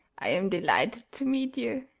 i'm delighted to meet you.